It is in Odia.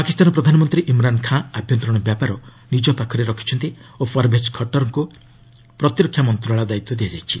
ପାକିସ୍ତାନର ପ୍ରଧାନମନ୍ତ୍ରୀ ଇମ୍ରାନ୍ ଖାଁ ଆଭ୍ୟନ୍ତରୀଣ ବ୍ୟାପାର ନିଜ ପାଖରେ ରଖିଛନ୍ତି ଓ ପର୍ଭେଜ୍ ଖଟକ୍ଙ୍କୁ ପ୍ରତିରକ୍ଷା ମନ୍ତ୍ରଣାଳୟର ଦାୟିତ୍ୱ ଦିଆଯାଇଛି